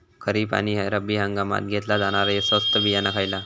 खरीप आणि रब्बी हंगामात घेतला जाणारा स्वस्त बियाणा खयला?